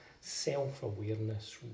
self-awareness